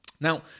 Now